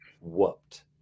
whooped